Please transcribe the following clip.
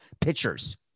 pitchers